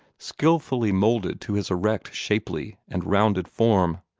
skilfully moulded to his erect, shapely, and rounded form.